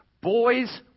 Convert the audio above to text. boys